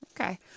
Okay